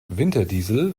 winterdiesel